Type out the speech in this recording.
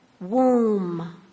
Womb